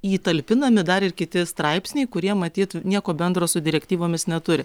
įtalpinami dar ir kiti straipsniai kurie matyt nieko bendro su direktyvomis neturi